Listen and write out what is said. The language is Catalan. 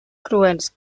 cruels